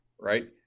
right